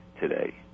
today